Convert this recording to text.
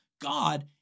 God